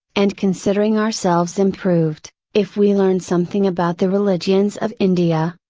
and considering ourselves improved, if we learn something about the religions of india,